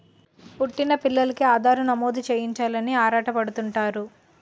పుట్టిన పిల్లోలికి ఆధార్ నమోదు చేయించాలని ఆరాటపడుతుంటారు